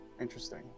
Interesting